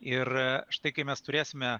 ir štai kai mes turėsime